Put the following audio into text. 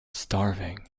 starving